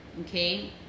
Okay